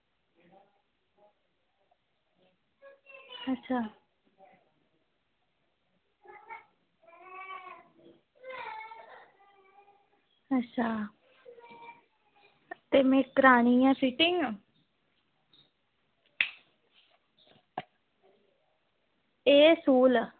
अच्छा अच्छा ते में करानी ऐं फिटिंग एह् सोल